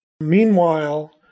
Meanwhile